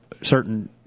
certain